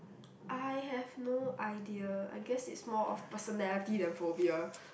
I have no idea I guess it's more of personality than phobia